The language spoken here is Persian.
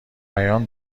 بیان